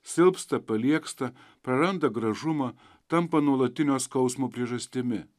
silpsta paliegsta praranda gražumą tampa nuolatinio skausmo priežastimi